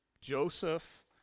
Joseph